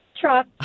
truck